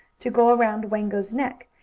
to go around wango's neck,